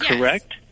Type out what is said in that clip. Correct